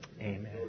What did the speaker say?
Amen